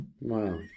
wow